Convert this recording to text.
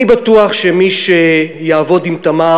אני בטוח שמי שיעבוד עם תמר,